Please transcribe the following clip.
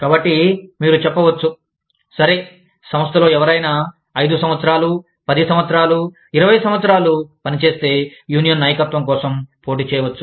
కాబట్టి మీరు చెప్పవచ్చు సరే సంస్థలో ఎవరైనా 5 సంవత్సరాలు 10 సంవత్సరాలు 20 సంవత్సరాలు పనిచేస్తే యూనియన్ నాయకత్వం కోసం పోటీ చేయవచ్చు